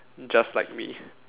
just like me